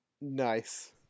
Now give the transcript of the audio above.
Nice